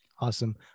Awesome